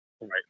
right